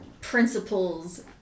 principles